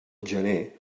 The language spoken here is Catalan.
gener